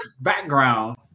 background